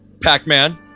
Pac-Man